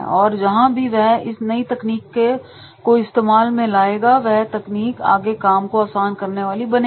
और जहां भी वह इस नई तकनीक को इस्तेमाल में लाएगा यह तकनीक आगे काम को आसान करने वाली बनेगी